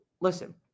listen